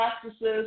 practices